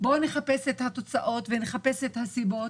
בואו נחפש את התוצאות ונחפש את הסיבות.